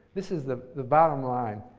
this is the the bottom line.